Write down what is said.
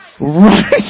Right